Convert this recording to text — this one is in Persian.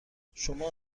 شما